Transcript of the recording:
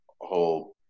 whole